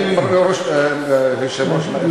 אם יאפשר לי היושב-ראש,